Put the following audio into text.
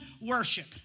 worship